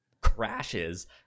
crashes